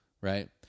right